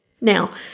Now